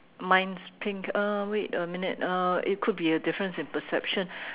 mine's pink um wait a minute uh it could be a different in perception